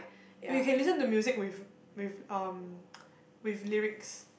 we can listen to music with with um with lyrics